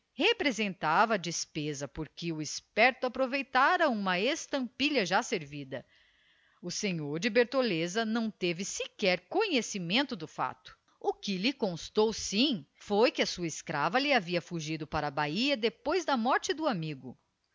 representava despesa porque o esperto aproveitara uma estampilha já servida o senhor de bertoleza não teve sequer conhecimento do fato o que lhe constou sim foi que a sua escrava lhe havia fugido para a bahia depois da morte do amigo